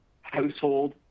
household